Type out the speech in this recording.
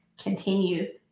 continue